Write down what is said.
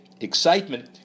excitement